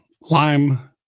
lime